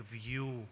view